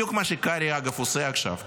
בדיוק כמו שקרעי עושה עכשיו,